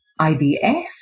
IBS